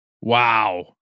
Wow